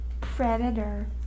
Predator